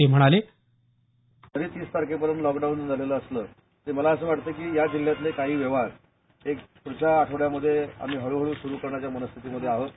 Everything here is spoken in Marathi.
ते म्हणाले जरी तीस तारखेपर्यंत लॉक डाऊन झालेल असलं तरी मला असं वाटत की या जिल्ह्यातले काही व्यवहार एक प्ढच्या आठवड्यामध्ये आम्ही हळूहळू सुरू करण्याच्या मनस्तिती मध्ये आहोत